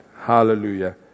Hallelujah